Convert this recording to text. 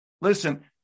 listen